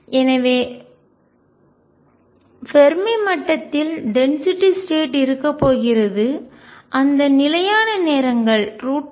எனவே ஃபெர்மி மட்டத்தில் density state இருக்கப் போகிறது அந்த நிலையான நேரங்கள் F